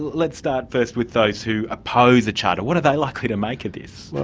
let's start first with those who oppose the charter, what are they likely to make of this?